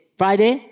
friday